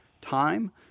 time